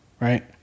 right